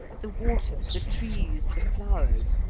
the water, the trees, the flowers,